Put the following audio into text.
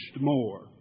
more